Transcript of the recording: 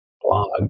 blog